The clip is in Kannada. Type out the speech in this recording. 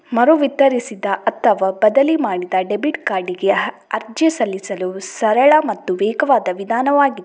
ಮರು ವಿತರಿಸಿದ ಅಥವಾ ಬದಲಿ ಮಾಡಿದ ಡೆಬಿಟ್ ಕಾರ್ಡಿಗೆ ಅರ್ಜಿ ಸಲ್ಲಿಸಲು ಸರಳ ಮತ್ತು ವೇಗವಾದ ವಿಧಾನವಾಗಿದೆ